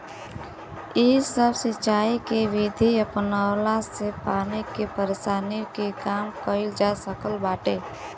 इ सब सिंचाई के विधि अपनवला से पानी के परेशानी के कम कईल जा सकत बाटे